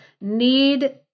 need